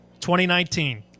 2019